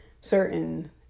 certain